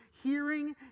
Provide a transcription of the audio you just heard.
hearing